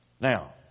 Now